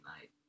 Night